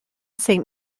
saint